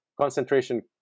concentration